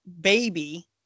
baby